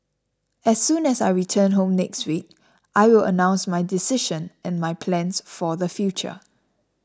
as soon as I return home next week I will announce my decision and my plans for the future